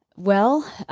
well,